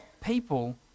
people